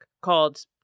called